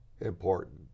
important